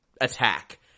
attack